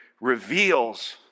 reveals